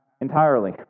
entirely